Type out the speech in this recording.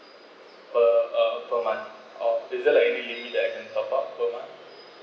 per uh per month or is there like any limited I can top up per month